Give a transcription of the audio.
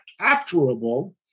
capturable